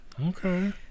okay